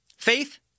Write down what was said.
Faith